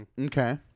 Okay